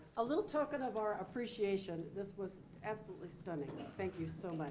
a little token of our appreciation. this was absolutely stunning, thank you so much.